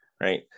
Right